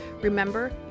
remember